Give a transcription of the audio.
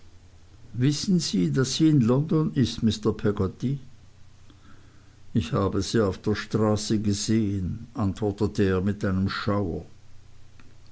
wissen sie daß sie in london ist mr peggotty ich habe sie auf der straße gesehen antwortete er mit einem schauer